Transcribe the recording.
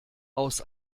aus